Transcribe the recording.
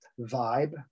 vibe